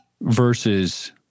versus